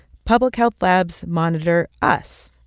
public health labs monitor us,